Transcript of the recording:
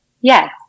yes